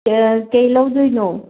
ꯀꯩ ꯂꯧꯗꯣꯏꯅꯣ